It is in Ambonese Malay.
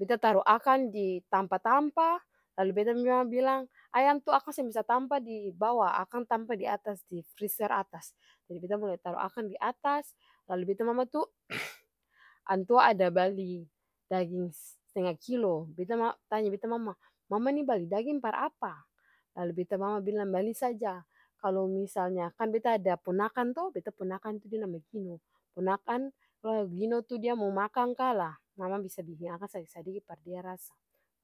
beta taru akang di tampa-tampa lalu beta mama bilang ayam tuh akang seng bisa tampa dibawa akang tampa diatas difriser atas, jadi beta mulai taru akang diatas lalu beta mama to antua ada bali daging stenga kilo bet tanya beta mama, mama nih bali daging par apa?, lalu beta mama bilang bali saja kalu misalnya kan beta ada ponakan to beta ponakan tuh dia nama gino, ponakan gino tu dia mo makan ka lah mama bisa biking akang sadiki-sadiki par dia rasa,